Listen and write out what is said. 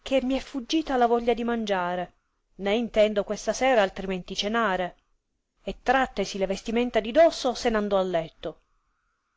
che mi è fuggita la voglia di mangiare né intendo questa sera altrimenti cenare e trattesi le vestimenta di dosso se n'andò a letto